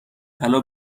طلا